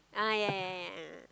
ah yeah yeah yeah yeah yeah ah